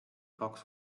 kaks